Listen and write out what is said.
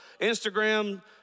Instagram